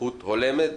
זכות הולמת